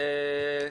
והספורט,